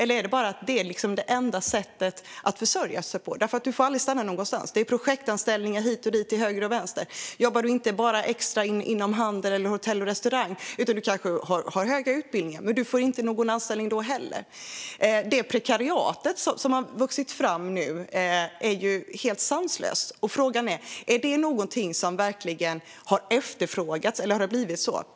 Eller är det så att detta är det enda sättet att försörja sig? Man får ju aldrig stanna kvar någonstans. Det är projektanställningar till höger och vänster. Det är inte bara inom handel, hotell och restaurang som folk jobbar extra, utan det handlar också om personer med höga utbildningar som inte får några anställningar. Det prekariat som har vuxit fram nu är helt sanslöst. Frågan är om detta är något som verkligen har efterfrågats eller om det bara har blivit så.